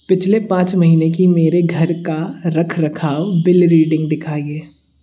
पिछले पाँच महीनों की मेरी घर का रखरखाव बिल रीडिंग दिखाएँ